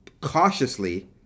cautiously